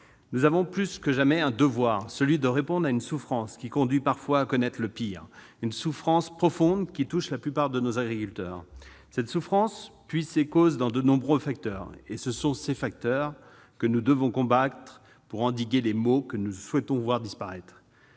Nous avons plus que jamais le devoir de répondre à une souffrance qui conduit parfois à commettre l'irréparable, une souffrance profonde, qui touche la plupart de nos agriculteurs. Cette souffrance puise ses causes dans de nombreux facteurs ; ce sont eux que nous devons combattre pour endiguer les maux que nous souhaitons voir disparaître.